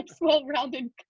well-rounded